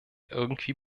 irgendwie